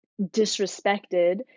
disrespected